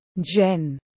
Jen